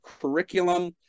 curriculum